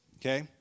okay